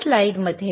slide पहा